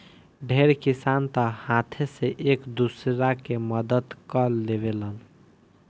ढेर किसान तअ हाथे से एक दूसरा के मदद कअ लेवेलेन